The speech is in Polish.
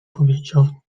powiedział